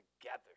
together